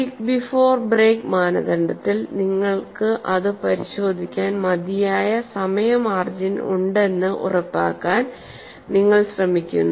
leak before break മാനദണ്ഡത്തിൽ നിങ്ങൾക്ക് അത് പരിശോധിക്കാൻ മതിയായ സമയ മാർജിൻ ഉണ്ടെന്ന് ഉറപ്പാക്കാൻ നിങ്ങൾ ശ്രമിക്കുന്നു